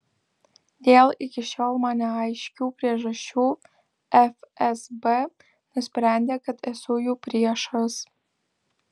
dėl iki šiol man neaiškių priežasčių fsb nusprendė kad esu jų priešas